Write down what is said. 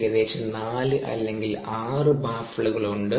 ഏകദേശം 4 അല്ലെങ്കിൽ 6 ബാഫ്ല്കൾ ഉണ്ട്